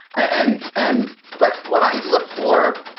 and and but what i look for,